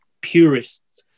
purists